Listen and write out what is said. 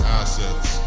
assets